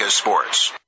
sports